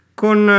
con